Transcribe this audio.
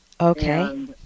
Okay